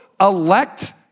elect